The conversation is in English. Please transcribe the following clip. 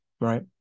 right